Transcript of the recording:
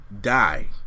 die